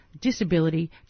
disability